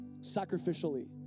sacrificially